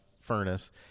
furnace